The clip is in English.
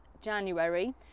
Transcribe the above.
January